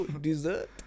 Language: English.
Dessert